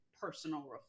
personal